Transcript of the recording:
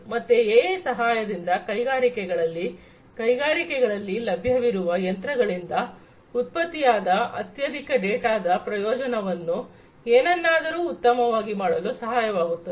ಮತ್ತೆ ಎಐ ಸಹಾಯದಿಂದ ಕೈಗಾರಿಕೆಗಳಲ್ಲಿ ಕೈಗಾರಿಕೆಗಳಲ್ಲಿ ಲಭ್ಯವಿರುವ ಯಂತ್ರಗಳಿಂದ ಉತ್ಪತ್ತಿಯಾದ ಅತ್ಯಧಿಕ ಡೇಟಾದ ಪ್ರಯೋಜನವನ್ನು ಏನನ್ನಾದರೂ ಉತ್ತಮವಾಗಿ ಮಾಡಲು ಸಹಾಯವಾಗುತ್ತದೆ